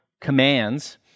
commands